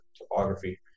topography